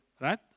right